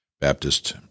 Baptist